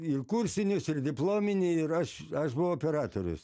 ir kursinius ir diplominį ir aš aš buvau operatorius